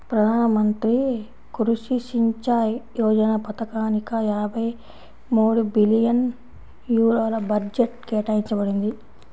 ప్రధాన మంత్రి కృషి సించాయ్ యోజన పథకానిక యాభై మూడు బిలియన్ యూరోల బడ్జెట్ కేటాయించబడింది